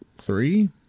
three